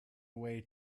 way